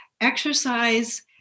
Exercise